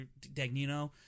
Dagnino